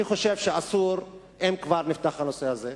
אם כבר נפתח הנושא הזה,